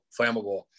Flammable